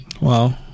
Wow